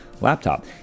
laptop